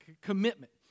commitment